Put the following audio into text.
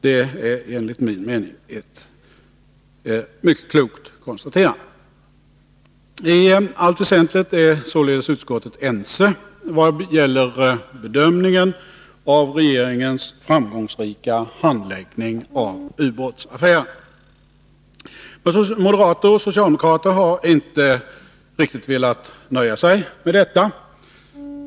Det är, enligt min mening, ett mycket klokt konstaterande. I allt väsentligt är således utskottet ense vad gäller bedömningen av regeringens framgångsrika handläggning av ubåtsaffären. Men moderater och socialdemokrater har inte riktigt velat nöja sig med detta.